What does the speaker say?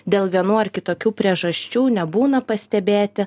dėl vienų ar kitokių priežasčių nebūna pastebėti